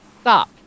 Stop